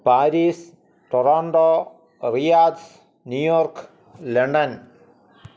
Paris Toronto Riyadh New York London